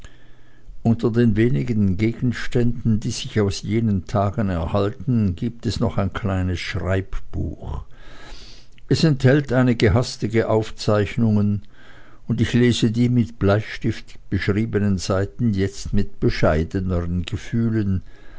unter den wenigen gegenständen die sich aus jenen tagen erhalten gibt es noch ein kleines schreibbuch es enthält einige hastige aufzeichnungen und ich lese die mit bleistift beschriebenen seiten jetzt mit bescheideneren gefühlen